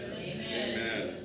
Amen